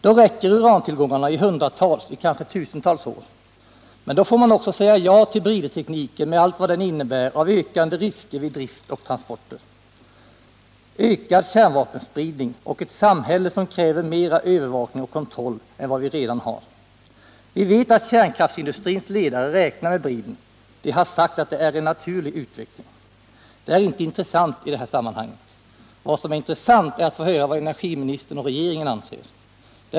Då räcker urantillgångarna i hundratals, kanske tusentals år. Men då får man också säga ja till bridtekniken med allt vad den innebär av ökande risker vid drift och transporter, ökad kärnvapenspridning och ett samhälle som kräver mera övervakning och kontroll än vi redan har. Vi vet att kärnkraftsindustrins ledare räknar med bridern — de har sagt att det är en naturlig utveckling. Det är inte intressant i dessa sammanhang. Vad som är intressant är att få höra vad energiministern och regeringen anser.